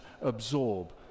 absorb